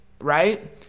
right